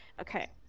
Okay